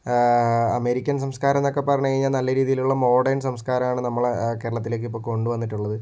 American സംസ്കാരം എന്നൊക്കെ പറഞ്ഞ് കഴിഞ്ഞാൽ നല്ല രീതിയിലുള്ള മോഡേൺ സംസ്കാരമാണ് നമ്മളെ കേരളത്തിലേക്ക് ഇപ്പോൾ കൊണ്ടുവന്നിട്ടുള്ളത്